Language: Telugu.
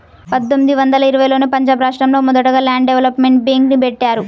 పందొమ్మిది వందల ఇరవైలోనే పంజాబ్ రాష్టంలో మొదటగా ల్యాండ్ డెవలప్మెంట్ బ్యేంక్ని బెట్టారు